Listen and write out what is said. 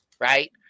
right